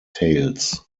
tales